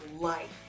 life